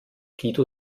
guido